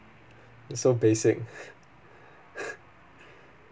it's so basic